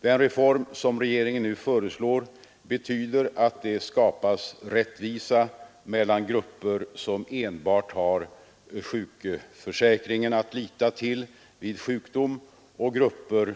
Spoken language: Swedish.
Den reform som regeringen nu föreslår betyder att det skapas rättvisa mellan grupper som enbart har sjukförsäkringen att lita till vid sjukdom och grupper